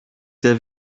sehr